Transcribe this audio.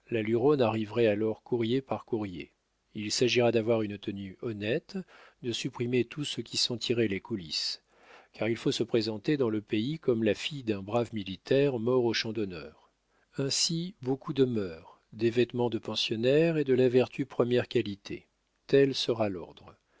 arriverait alors courrier par courrier il s'agira d'avoir une tenue honnête de supprimer tout ce qui sentirait les coulisses car il faut se présenter dans le pays comme la fille d'un brave militaire mort au champ d'honneur ainsi beaucoup de mœurs des vêtements de pensionnaire et de la vertu première qualité tel sera